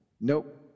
Nope